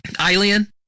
Alien